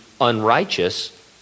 unrighteous